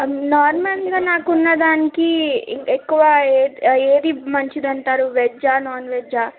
నార్మల్గా నాకున్నదానికి ఎక్కువ ఏది ఏది మంచిది అంటారు వెజ్జా నాన్ వెజ్జా